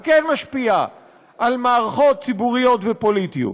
וכן משפיע על מערכות ציבוריות ופוליטיות.